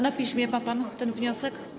Na piśmie ma pan ten wniosek?